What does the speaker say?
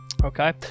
Okay